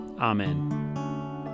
Amen